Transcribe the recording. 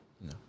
No